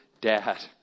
dad